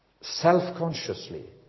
self-consciously